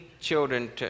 children